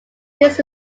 this